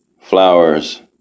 Flowers